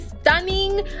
stunning